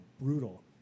brutal